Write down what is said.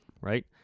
Right